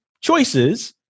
choices